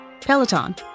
Peloton